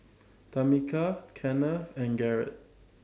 Tamica Kennth and Garret